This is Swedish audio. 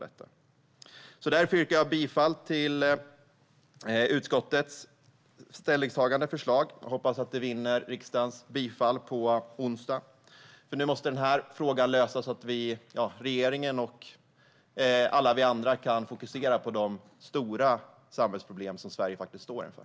Därför yrkar jag bifall till utskottets ställningstagande och hoppas att det vinner riksdagens bifall på onsdag. Nu måste den här frågan lösas så att regeringen och alla vi andra kan fokusera på de stora samhällsproblem som Sverige står inför.